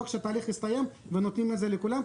כשהתהליך יסתיים ונותנים את זה לכולם,